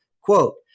quote